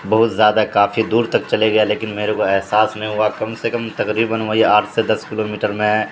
بہت زیادہ کافی دور تک چلے گیا لیکن میرے کو احساس نہیں ہوا کم سے کم تقریباً ہوائی آٹھ سے دس کلو میٹر میں